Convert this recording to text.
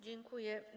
Dziękuję.